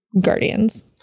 guardians